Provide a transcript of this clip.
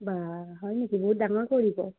বা হয় নেকি বহুত ডাঙৰ কৰিব